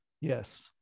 Yes